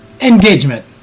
engagement